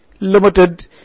limited